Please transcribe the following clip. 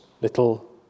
little